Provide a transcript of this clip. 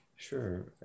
Sure